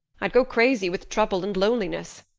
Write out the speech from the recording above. i'd go crazy with trouble and loneliness.